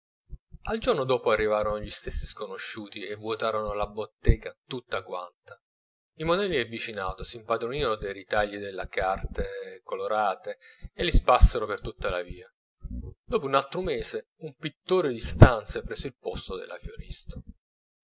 al giorno dopo arrivarono gli stessi sconosciuti e vuotarono la bottega tutta quanta i monelli del vicinato s'impadronirono dei ritagli delle carte colorate e li sparsero per tutta la via dopo un altro mese un pittore di stanze prese il posto della